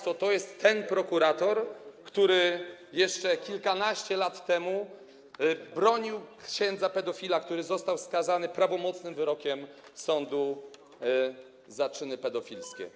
To jest ten prokurator, szanowni państwo, który jeszcze kilkanaście lat temu bronił księdza pedofila, który został skazany prawomocnym wyrokiem sądu za czyny pedofilskie.